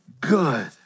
good